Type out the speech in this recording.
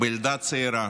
בילדה צעירה